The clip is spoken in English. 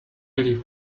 believe